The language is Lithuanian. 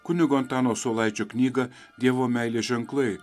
kunigo antano saulaičio knygą dievo meilės ženklai